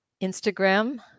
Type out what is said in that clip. Instagram